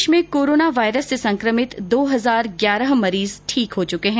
प्रदेश में corona virus से संक्रमित दो हजार ग्यारह मरीज ठीक हो चुके है